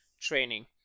training